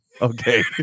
Okay